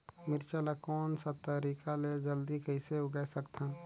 मिरचा ला कोन सा तरीका ले जल्दी कइसे उगाय सकथन?